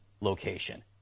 location